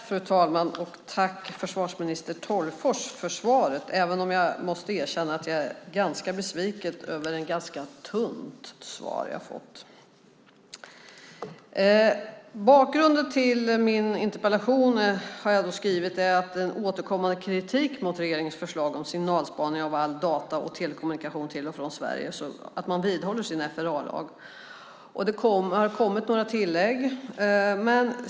Fru talman! Jag vill tacka försvarsminister Tolgfors för svaret, även om jag måste erkänna att jag är ganska besviken över det ganska tunna svar jag fått. Bakgrunden till min interpellation, har jag skrivit, är en återkommande kritik mot regeringens förslag om signalspaning av all data och telekommunikation till och från Sverige, att man vidhåller sin FRA-lag. Det har kommit några tillägg.